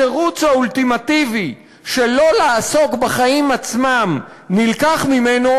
התירוץ האולטימטיבי שלא לעסוק בחיים עצמם נלקח ממנו,